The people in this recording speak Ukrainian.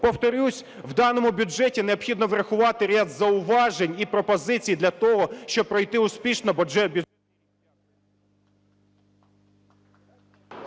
Повторюсь, в даному бюджеті необхідно врахувати ряд зауважень і пропозицій для того, щоб пройти успішно...